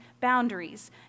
boundaries